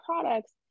products